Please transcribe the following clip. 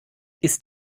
ist